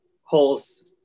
holes